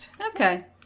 Okay